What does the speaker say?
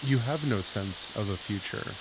you have no sense of a future.